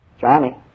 Johnny